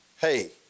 hey